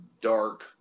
dark